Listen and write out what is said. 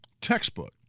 textbook